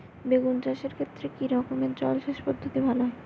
বেগুন চাষের ক্ষেত্রে কি রকমের জলসেচ পদ্ধতি ভালো হয়?